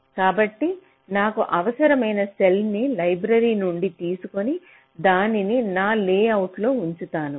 కాబట్టి నాకు అవసరమైన సెల్ ని లైబ్రరీ నుండి తీసుకొని దానిని నా లేఅవుట్లో ఉంచుతాను